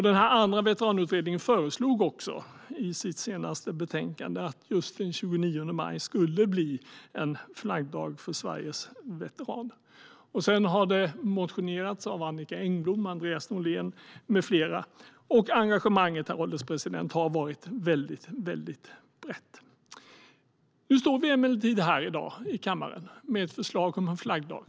Den andra veteranutredningen föreslog i sitt senaste betänkande att just den 29 maj skulle bli en flaggdag för Sveriges veteraner. Detta har sedan motionerats om av Annicka Engblom, Andreas Norlén med flera, och engagemanget har varit brett. Nu står vi här i kammaren med ett förslag om en flaggdag.